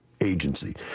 agency